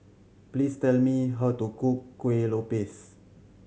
please tell me how to cook Kuih Lopes